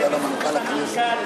זה בזכות המנכ"ל הנוכחי.